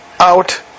out